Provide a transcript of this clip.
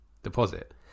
deposit